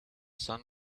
sun